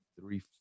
three